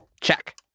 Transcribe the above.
Check